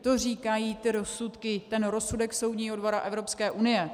To říkají ty rozsudky, ten rozsudek Soudního dvora Evropské unie.